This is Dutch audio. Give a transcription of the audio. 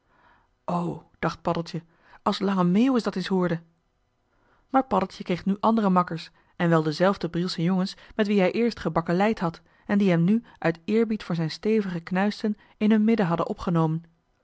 dacht paddeltje als lange meeuwis dat eens hoorde maar paddeltje kreeg nu andere makkers en wel dezelfde brielsche jongens met wie hij eerst gebakkeleid had en die hem nu uit eerbied voor zijn stevige knuisten in hun midden hadden opgenomen